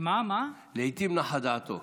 לעיתים נחה דעתו.